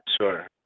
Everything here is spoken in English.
Sure